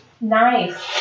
Nice